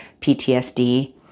PTSD